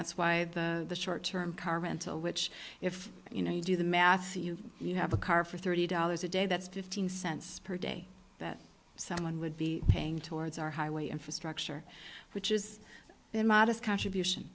that's why the short term car rental which if you know you do the math you you have a car for thirty dollars a day that's fifteen cents per day that someone would be paying towards our highway infrastructure which is a modest contribution